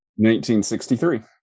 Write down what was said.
1963